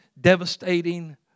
devastating